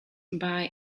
bei